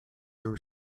your